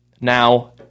now